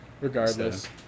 Regardless